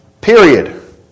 Period